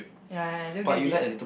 ya ya ya I do get it